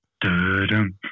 dum